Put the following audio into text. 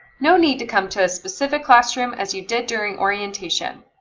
no need to come to a specific classroom as you did during orientation!